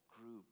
group